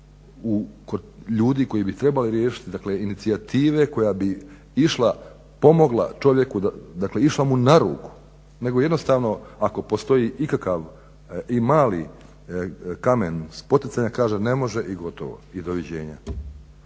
ljudi koji bi trebali riješiti, dakle inicijative koja bi išla, pomogla čovjeku, dakle išla mu na ruku nego jednostavno ako postoji ikakav i mali kamen spoticanja kaže ne može i gotovo i doviđenja.